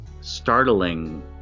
startling